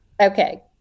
Okay